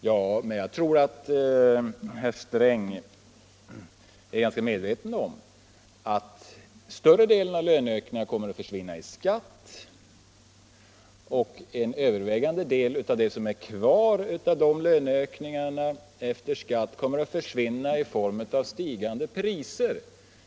Jag tror att herr Sträng är ganska medveten om att större delen av löneökningarna kommer att försvinna i skatt och att en övervägande del av det som är kvar av dem efter skatt kommer att försvinna genom stigande priser.